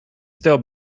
stale